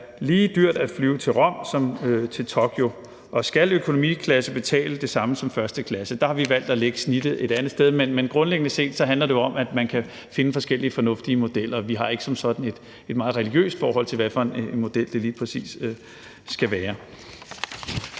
lige dyrt at flyve til Rom som til Tokyo, og skal økonomiklasse betale det samme som 1. klasse? Der har vi valgt at lægge snittet et andet sted, men grundlæggende set handler det jo om, at man kan finde forskellige fornuftige modeller. Vi har ikke som sådan et meget religiøst forhold til, hvad for en model det lige præcis skal være.